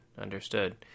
Understood